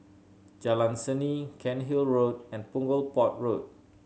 Jalan Seni Cairnhill Road and Punggol Port Road